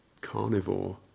carnivore